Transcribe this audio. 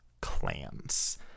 clans